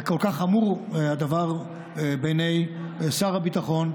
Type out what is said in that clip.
וכל כך חמור הדבר בעיני שר הביטחון,